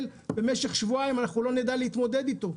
ובמשך שבועיים אנחנו לא נדע להתמודד איתו.